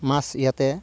মাছ ইয়াতে